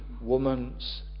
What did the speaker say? woman's